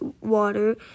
water